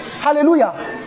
Hallelujah